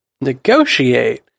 negotiate